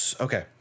Okay